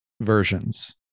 versions